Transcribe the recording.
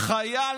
"חייל